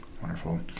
Wonderful